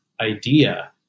idea